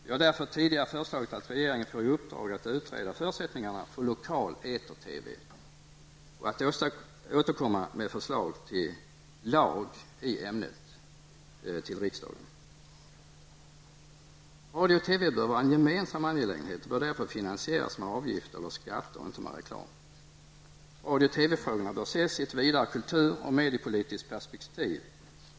Vi har därför tidigare föreslagit att regeringen får i uppdrag att utreda förutsättningarna för lokal eter-TV och att återkomma till riksdagen med förslag till lag i ämnet. Radio och TV bör vara en gemensam angelägenhet och bör därför finansieras med avgifter eller skatter och inte med reklam. Radio och TV-frågorna bör ses i ett vidare kultur och mediepolitiskt perspektiv.